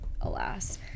alas